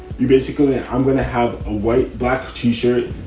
you basically, i'm going to have a white black tee shirt,